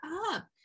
up